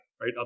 right